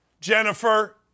Jennifer